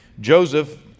Joseph